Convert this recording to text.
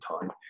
time